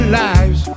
lives